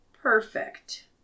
perfect